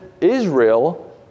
Israel